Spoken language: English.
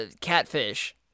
catfish